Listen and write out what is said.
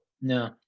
No